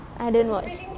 I didn't watch